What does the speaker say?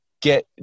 get